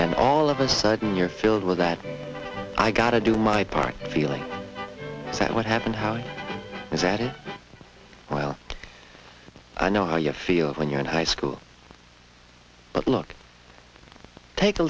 and all of a sudden you're filled with that i gotta do my part feeling that what happened how i was at it well i know how you feel when you're in high school but look take a